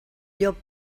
llop